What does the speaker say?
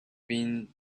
been